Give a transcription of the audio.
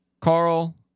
Carl